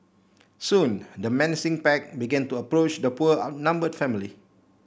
soon the menacing pack began to approach the poor outnumbered family